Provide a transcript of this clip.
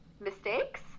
mistakes